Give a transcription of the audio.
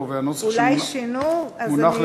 אולי שינו, אז זה בטעות.